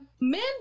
men